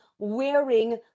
wearing